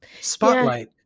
spotlight